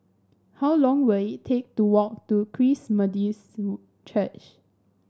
how long will it take to walk to Christ Methodist Church